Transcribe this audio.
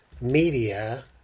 media